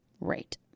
Right